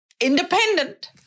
independent